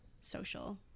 social